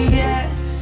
yes